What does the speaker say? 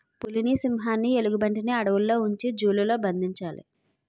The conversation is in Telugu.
పులిని సింహాన్ని ఎలుగుబంటిని అడవుల్లో ఉంచి జూ లలో బంధించాలి